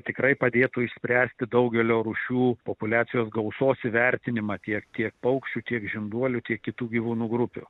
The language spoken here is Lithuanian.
tikrai padėtų išspręsti daugelio rūšių populiacijos gausos įvertinimą tiek tiek paukščių tiek žinduolių tiek kitų gyvūnų grupių